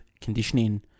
Conditioning